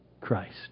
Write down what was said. Christ